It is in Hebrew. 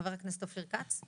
חבר הכנסת אופיר כץ, בבקשה.